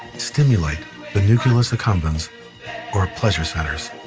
stimulate the nucleus accumbens or pleasure centers.